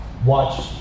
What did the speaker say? watch